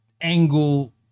angle